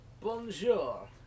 Bonjour